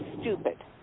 stupid